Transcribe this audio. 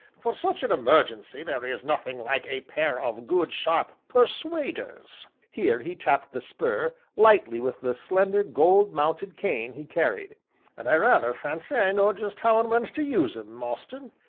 for such an emergency there is nothing like a pair of good sharp persuaders, here he tapped the spur lightly with the slender gold-mounted cane he carried and i rather fancy i know just how and when to use em, mostyn.